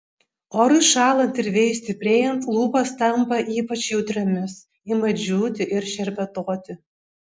orui šąlant ir vėjui stiprėjant lūpos tampa ypač jautriomis ima džiūti ir šerpetoti